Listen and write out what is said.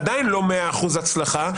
עדיין לא מאה אחוז הצלחה,